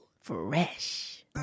fresh